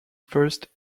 first